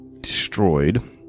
destroyed